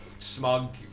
smug